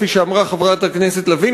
כפי שאמרה חברת הכנסת לביא,